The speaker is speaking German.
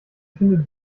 findet